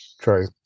true